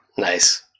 nice